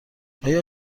آیا